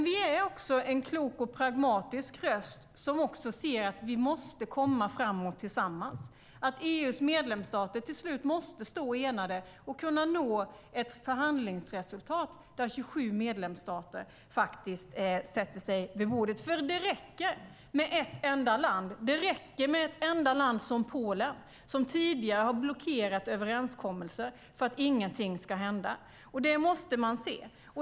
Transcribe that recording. Vi är också en klok och pragmatisk röst som ser att vi måste komma framåt tillsammans. EU:s medlemsstater måste till slut stå enade och kunna nå ett förhandlingsresultat där 28 medlemsstater sätter sig vid bordet. Det räcker med att ett enda land, som Polen som tidigare har blockerat överenskommelser, för att ingenting ska hända. Det måste man se.